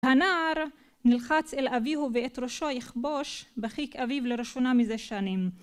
הנער נלחץ אל אביהו ואת ראשו יכבוש בחיק אביו לראשונה מזה שנים.